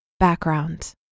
background